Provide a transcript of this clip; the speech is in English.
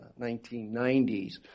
1990s